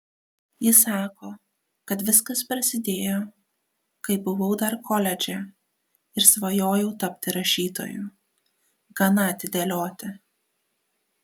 ji sako kad viskas prasidėjo kai buvau dar koledže ir svajojau tapti rašytoju gana atidėlioti